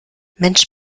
mensch